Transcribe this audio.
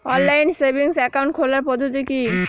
Online savings account খোলার পদ্ধতি কি?